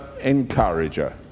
encourager